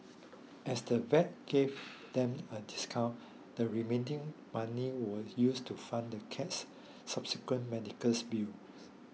as the vet gave them a discount the remaining money was used to fund the cat's subsequent medicals bills